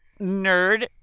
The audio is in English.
Nerd